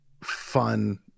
fun